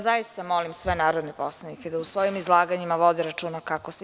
Zaista molim sve narodne poslanike da u svojim izlaganjima vode računa kako se izražavaju.